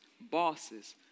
bosses